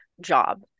job